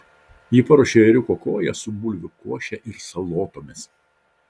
ji paruošė ėriuko koją su bulvių koše ir salotomis